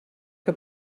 que